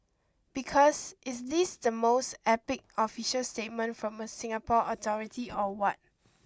because is this the most epic official statement from a Singapore authority or what